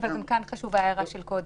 אבל גם כאן חשובה ההערה של קודם.